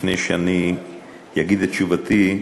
לפני שאני אגיד את תשובתי,